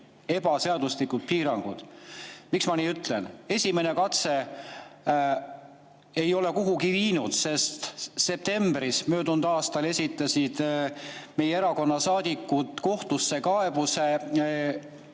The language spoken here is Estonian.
ebaseaduslikud piirangud. Miks ma nii ütlen? Esimene katse ei ole kuhugi viinud. Septembris möödunud aastal esitasid meie erakonna saadikud kohtusse kaebuse